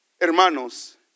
hermanos